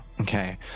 Okay